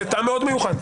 זה טעם מאוד מיוחד.